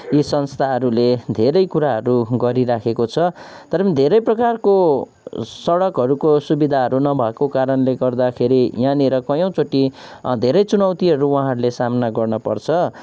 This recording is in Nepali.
यी संस्थाहरूले धेरै कुराहरू गरिराखेको छ तर पनि धेरै प्रकारको सडकहरूको सुविधाहरू नभएको कारणले गर्दाखेरि यहाँनिर कैयौँचोटि धेरै चुनौतीहरू उहाँहरूले सामना गर्नपर्छ